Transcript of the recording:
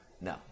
No